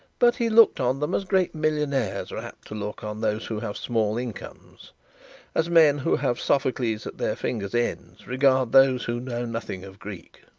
but he looked on them as great millionaires are apt to look on those who have small incomes as men who have sophocles at their fingers' ends regard those who know nothing of greek.